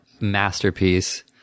masterpiece